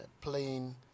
playing